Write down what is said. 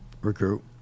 recruit